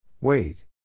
Wait